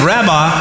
Rabbi